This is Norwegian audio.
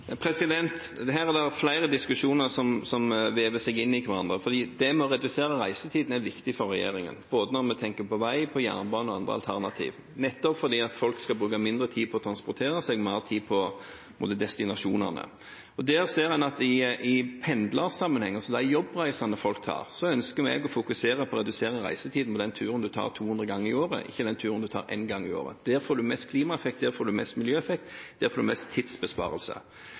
Her er det flere diskusjoner som vever seg inn i hverandre: Det med å redusere reisetiden er viktig for regjeringen, når vi tenker på både vei og jernbane og andre alternativer, nettopp fordi folk skal bruke mindre tid på transport og mer tid på destinasjonene. I den forbindelse ønsker vi når det gjelder pendling – altså de jobbreisene folk tar – å fokusere på å redusere reisetiden på den turen en tar 200 ganger i året, ikke den turen en tar én gang i året. Da får en mest klimaeffekt,